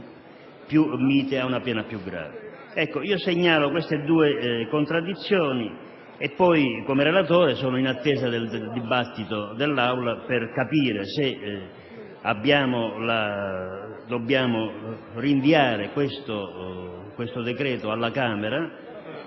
più mite ad una più grave. Segnalo queste due contraddizioni e, come relatore, sono in attesa del dibattito in Assemblea per capire se dobbiamo rinviare il decreto alla Camera